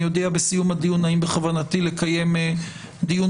אני אודיע בסיום הדיון האם בכוונתי לקיים דיון